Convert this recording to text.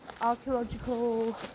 archaeological